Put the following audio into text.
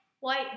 white